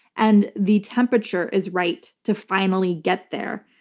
and the temperature is right to finally get there.